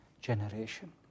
generation